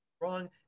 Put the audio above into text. wrong